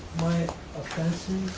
my offenses.